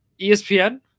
ESPN